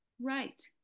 right